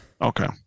Okay